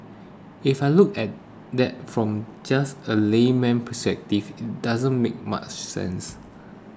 if I look at that from just a layman's perspective it doesn't make much sense